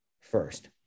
first